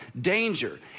danger